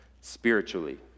spiritually